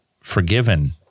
forgiven